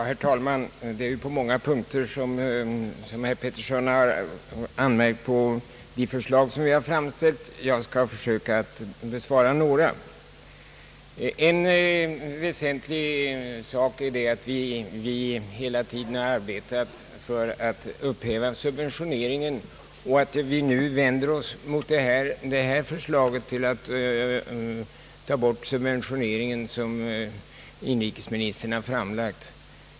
Herr talman! Det är många punkter som herr Bertil Petersson har anmärkt på i de förslag som högern har framställt. Jag skall försöka bemöta några av dessa anmärkningar. En väsentlig sak är, att vi hela tiden har arbetat för att upphäva subventioneringen. Dock är det riktigt att vi nu vänder oss mot det förslag att ta bort subventioneringen, som inrikesministern har framlagt.